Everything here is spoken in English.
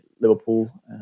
Liverpool